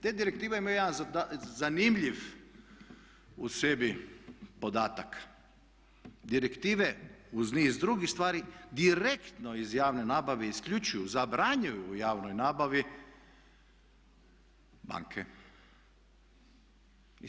Te direktive imaju jedan zanimljiv u sebi podatak, direktive uz niz drugih stvari direktno iz javne nabave isključuju, zabranjuju u javnoj nabavi banke.